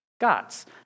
God's